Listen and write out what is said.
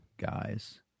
guys